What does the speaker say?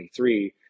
2023